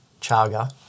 chaga